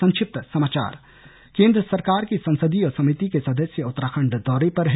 संक्षिप्त समाचार केंद्र सरकार की संसदीय समिति के सदस्य उत्तराखड़ दौरे पर हैं